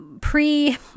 pre